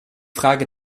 frage